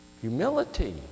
Humility